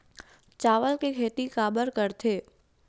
चावल के खेती काबर करथे?